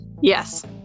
Yes